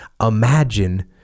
Imagine